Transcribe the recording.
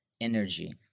Energy